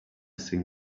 seem